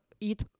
eat